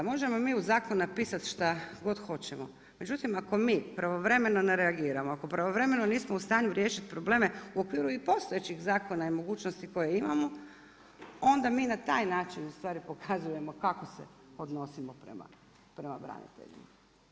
Možemo mi u zakon napisat šta god hoćemo, međutim ako mi pravovremeno ne reagiramo, ako pravovremeno nismo u stanju riješit probleme u okviru i postojećih zakona i mogućnosti koje imamo, onda mi na taj način u stvari pokazujemo kako se odnosimo prema braniteljima.